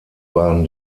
waren